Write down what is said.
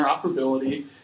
interoperability